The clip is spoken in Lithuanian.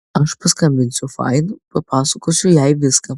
aš paskambinsiu fain papasakosiu jai viską